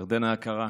ירדנה היקרה,